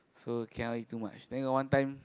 so cannot eat too much then got one time